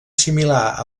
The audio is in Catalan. similar